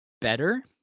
better